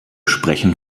sprechen